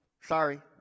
Sorry